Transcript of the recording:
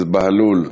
בהלול,